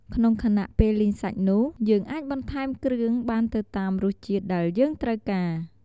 ក្នុងខណៈពេលលីងសាច់នោះយើងអាចបន្ថែមគ្រឿងបានទៅតាមរសជាតិដែលយើងត្រូវការ។